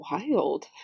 wild